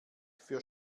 für